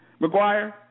McGuire